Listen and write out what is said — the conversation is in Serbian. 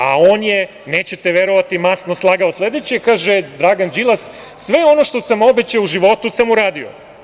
A on je, nećete verovati, masno slagao, sledeće, kaže Dragan Đilas, sve ono što sam obećao u životu sam uradio.